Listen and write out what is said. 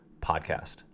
podcast